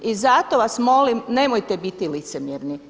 I zato vas molim nemojte biti licemjerni.